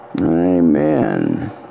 Amen